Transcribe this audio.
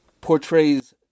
portrays